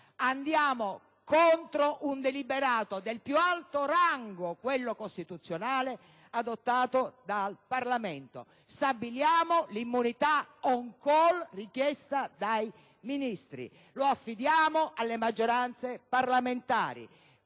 andiamo contro un deliberato del più alto rango, quello costituzionale, adottato dal Parlamento; stabiliamo l'immunità *on call* richiesta dai ministri e la affidiamo alle maggioranze parlamentari.